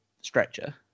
stretcher